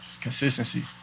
Consistency